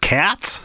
cats